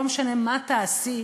לא משנה מה תעשי.